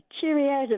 Cheerio